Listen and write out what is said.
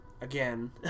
again